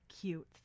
cute